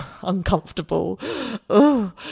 uncomfortable